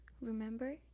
Remember